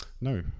no